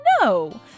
No